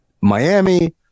Miami